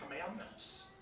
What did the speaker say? Commandments